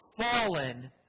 fallen